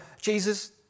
Jesus